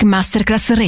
Masterclass